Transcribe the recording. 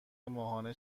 ماهانه